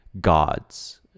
gods